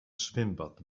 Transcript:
swimbad